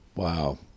Wow